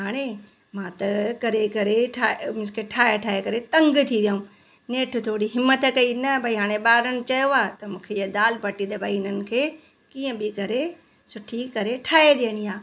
हाणे मां त करे करे ठाहियो मींस की ठाहे ठाहे करे तंग थी वियमि नेठु थोरी हिमत कई न भाई हाणे ॿारनि चयो आहे त मूंखे ईअ दाल बाटी त भाई इन्हनि खे कीअं बि करे सुठी करे ठाहे ॾियणी आहे